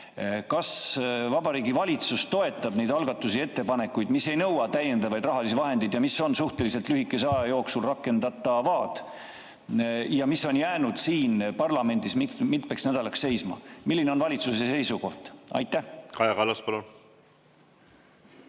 Kas Vabariigi Valitsus toetab neid algatusi ja ettepanekuid, mis ei nõua täiendavaid rahalisi vahendeid ja mis on suhteliselt lühikese aja jooksul rakendatavad ja mis on jäänud siin parlamendis mitmeks nädalaks seisma? Milline on valitsuse seisukoht? Kaja